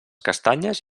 castanyes